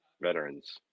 veterans